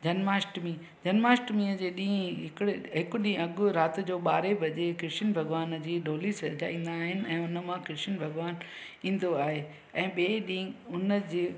जन्माष्टमी जन्माष्टमीअ जे ॾींहुं हिकड़े हिकु ॾींहुं अॻु राति जो ॿारहां वजे कृष्ण भॻिवान जी डोली सॼाईंदा आहिनि ऐं हुन मां कृष्ण भॻिवानु ईंदो आहे ऐं ॿिए ॾींहुं उन जे